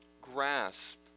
grasp